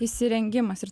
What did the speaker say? įsirengimas ir